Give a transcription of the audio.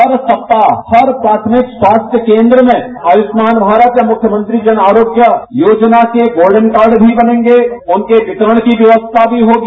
हर सप्ताह हर प्राथमिक स्वास्थ्य केन्द्र में आयुष्मान भारत या मुख्यमंत्री जन आरोग्य योजना के गोल्डन कार्ड भी बनेगें उनके वितरण की व्यवस्था भी होगी